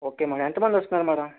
okay madam ఎంతమంది వస్తున్నారు madam